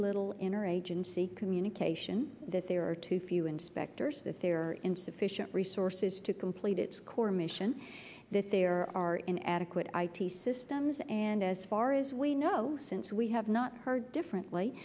little in or agency communication that there are too few inspectors that there are insufficient resources to complete its core mission that there are in adequate i t systems and as far as we know since we have not heard differently